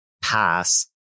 pass